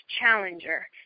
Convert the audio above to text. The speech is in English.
challenger